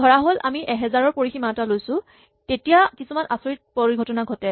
ধৰাহ'ল আমি ১০০০ ৰ পৰিসীমা এটা লৈছো তেতিয়া কিছুমান আচৰিত পৰিঘটনা ঘটে